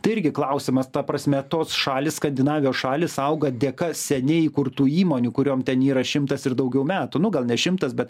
tai irgi klausimas ta prasme tos šalys skandinavijos šalys auga dėka seniai įkurtų įmonių kuriom ten yra šimtas ir daugiau metų nu gal ne šimtas be